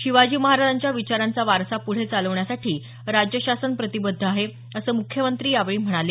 शिवाजी महाराजांच्या विचारांचा वारसा पुढे चालवण्यासाठी राज्य शासन प्रतिबद्ध आहे असं म्ख्यमंत्री यावेळी म्हणाले